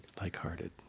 Like-hearted